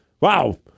wow